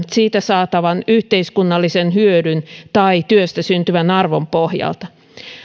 siitä saatavan yhteiskunnallisen hyödyn tai työstä syntyvän arvon pohjalta